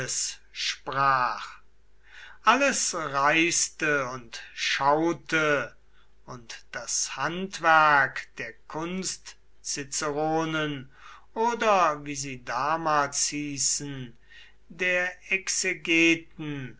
sprach alles reiste und schaute und das handwerk der kunstciceronen oder wie sie damals hießen der